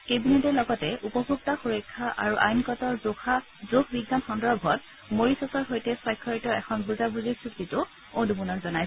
কেবিনেটে লগতে উপভোক্তা সুৰক্ষা আৰু আইনগত জোখ বিজ্ঞান সন্দৰ্ভত মৰিছাছৰ সৈতে স্বাক্ষৰিত এখন বুজাবুজিৰ চুক্তিটো অনুমোদন জনায়